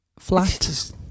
Flat